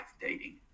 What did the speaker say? dating